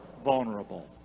vulnerable